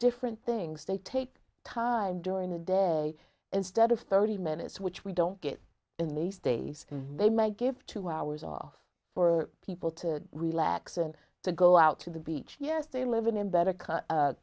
different things they take time during the day instead of thirty minutes which we don't get in these days they might give two hours off for people to relax and to go out to the beach yes they live in a better